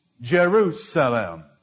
Jerusalem